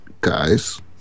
Guys